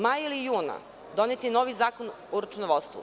Maja ili juna donet je novi zakon o računovodstvu.